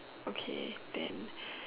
okay then